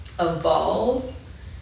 evolve